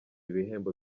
ibihembo